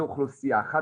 זו אוכלוסייה אחת.